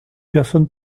personne